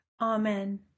Amen